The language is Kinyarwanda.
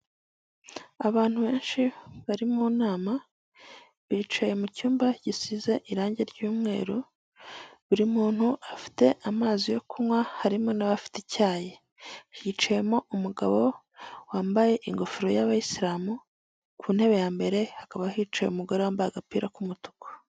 Iki ni icyumba k'inama y'imwe muri kampani runaka, aho abayobozi bashobora guhurira mu kwiga ku ngingo zitandukanye no gukemura ibibazo byagaragaye.